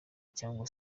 cyangwa